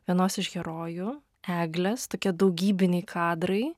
vienos iš herojų eglės tokie daugybiniai kadrai